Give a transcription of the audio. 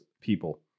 people